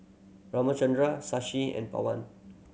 Ramchundra Shashi and Pawan